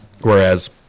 Whereas